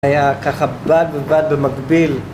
היה ככה בד בבד במקביל